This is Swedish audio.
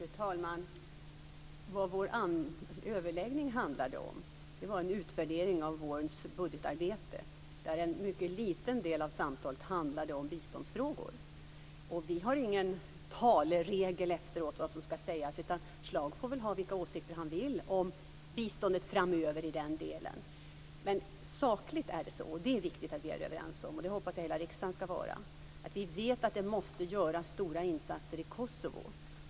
Fru talman! Vad vår överläggning handlade om var en utvärdering av vårens budgetarbete, där en mycket liten del av samtalet handlade om biståndsfrågor. Vi har ingen taleregel för vad som skall sägas efteråt, utan Schlaug får ha vilka åsikter han vill om biståndet framöver i den delen. Sakligt är det så - det är det viktigt att vi är överens om, och jag hoppas att hela riksdagen skall vara det - att vi vet att det måste göras stora insatser i Kosovo.